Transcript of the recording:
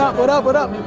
what up, what up?